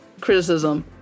criticism